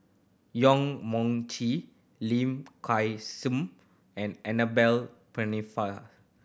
Yong Mun Chee Lim Kay Seng and Annabel Pennefather